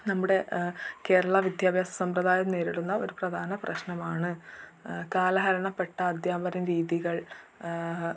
നമ്മുടെ കേരള വിദ്യാഭ്യാസ സമ്പ്രദായം നേരിടുന്ന ഒരു പ്രധാന പ്രശ്നമാണ് കാലഹരണപ്പെട്ട അദ്ധ്യാപന രീതികൾ